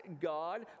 god